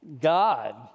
God